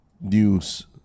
news